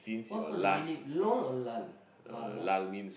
what's what's the meaning lull or lull lull ah